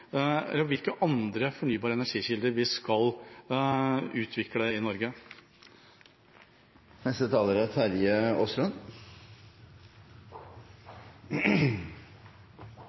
eller hvilke andre fornybare energikilder vi skal utvikle i Norge. Det er